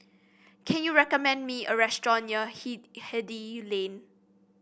can you recommend me a restaurant near Hindhede Lane